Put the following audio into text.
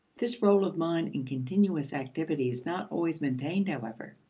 this role of mind in continuous activity is not always maintained, however.